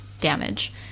damage